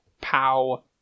Pow